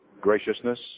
graciousness